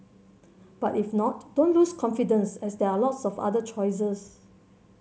but if not don't lose confidence as there are lots of other choices